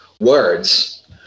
words